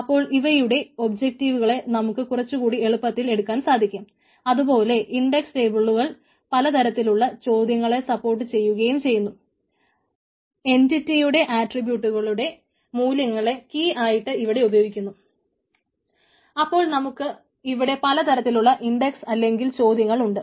അപ്പോൾ നമുക്ക് ഇവിടെ പല തരത്തിലുള്ള ഇൻഡക്സസ് അല്ലെങ്കിൽ ചോദ്യങ്ങൾ ഉണ്ട്